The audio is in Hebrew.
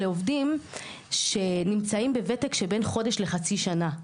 אלה עובדים שנמצאים בוותק של בין חודש לחצי שנה,